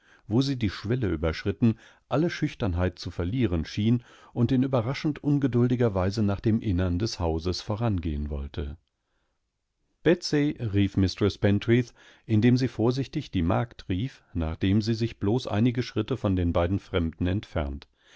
wo sie die schwelle überschritten alle schüchternheit zu verlieren schien und in überraschend ungeduldiger weise nach dem innern des hauses vorangehenwollte betsey riefmistreßpentreath indemsievorsichtigdiemagdrief nachdemsiesich bloß einige schritte von den beiden fremden entfernt